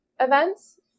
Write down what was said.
events